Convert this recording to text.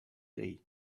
day